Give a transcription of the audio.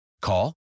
Call